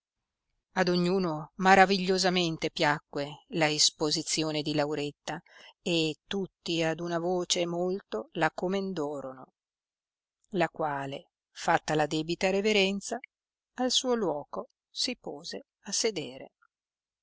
ad ognuno maravigliosamente piacque la isposizione di lauretta e tutti ad una voce molto la comendorono la quale fatta la debita reverenza al suo luoco si pose a sedere